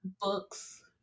books